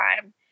time